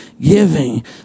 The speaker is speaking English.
giving